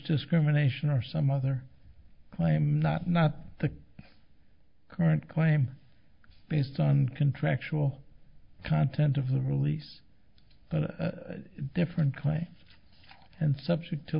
discrimination or some other claim not not the current claim based on contractual content of the release but different claims and subject to